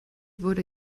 wurde